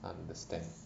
understand